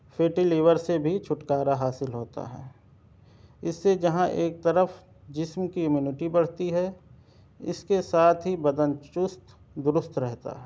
fatty liver سے بھی چھٹکارہ حاصل ہوتا ہے اس سے جہاں ایک طرف جسم کی ایمونیٹی بڑھتی ہے اس کے ساتھ ہی بدن چست درست رہتا ہے